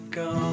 go